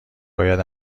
باید